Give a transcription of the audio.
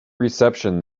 reception